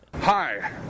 Hi